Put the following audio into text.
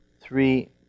Three